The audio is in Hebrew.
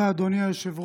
תודה, אדוני היושב-ראש.